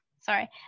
sorry